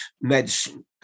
medicine